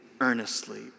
earnestly